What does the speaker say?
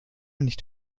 nicht